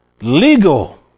legal